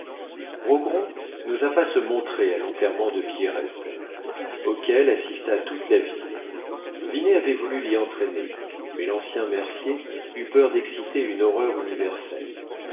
rogron n'osa pas se montrer à l'enterrement de pierrette auquel assista toute la ville vinet avait voulu l'y entraîner mais l'ancien mercier eut peur d'exciter une horreur universelle